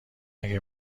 اگه